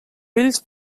vells